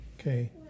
okay